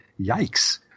yikes